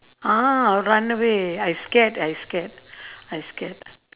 ah I'll run away I scared I scared I scared